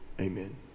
amen